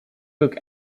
book